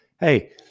Hey